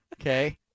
Okay